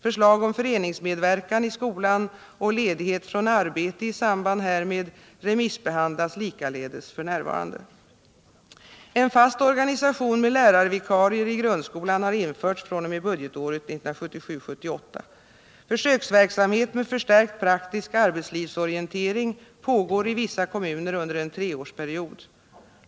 Förslag om föreningsmedverkan i skolan och ledighet från arbete i samband härmed remissbehandlas likaledes f. n. En fast organisation med lärarvikarier i grundskolan har införts fr.o.m. budgetåret 1977/78. Försöksverksamhet med förstärkt praktisk arbetslivsorientering pågår i vissa kommuner under en treårsperiod.